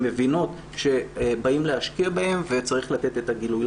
מבינות שבאים להשקיע בהן וצריך לתת את הגילוי,